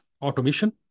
automation